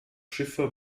schiffe